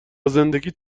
زندگیت